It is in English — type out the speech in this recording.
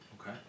Okay